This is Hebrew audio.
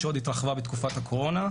שעוד התרחבה בתקופת הקורונה,